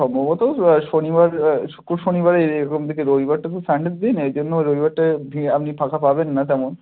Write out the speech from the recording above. সম্ভবত শনিবার শুক্র শনিবারে এরকম দেখে রবিবারটা তো সানডের দিন এই জন্য রবিবারটা ভিড় আপনি ফাঁকা পাবেন না তেমন